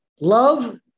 Love